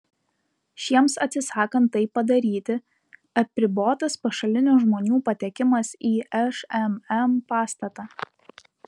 šiems atsisakant tai padaryti apribotas pašalinių žmonių patekimas į šmm pastatą